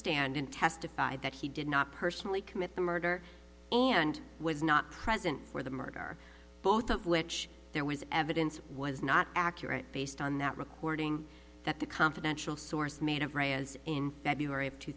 stand and testified that he did not personally commit the murder and was not present for the murder both of which there was evidence was not accurate based on that recording that the confidential source made of raya's in february of two